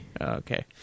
Okay